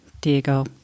Diego